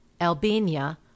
albania